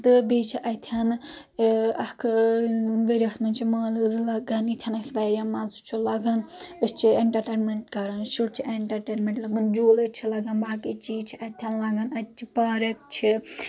تہٕ بییٚہِ چھِ اتٮ۪ن اۭں اکھ اۭں ؤرۍ یس منٛز چھِ مٲلہٕ زٕ لگان ییٚتٮ۪ن اسہِ واریاہ مزٕ چھُ لگان أسۍ چھِ انٹرٹینمیٚنٹ کران شُرۍ چھِ انٹڑٹینمیٚنٹ لگان جولہٕ چھِ لگان باقی چیٖز چھِ اتٮ۪ن لگان اتہِ چھِ پارک چھِ